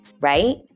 Right